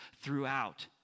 throughout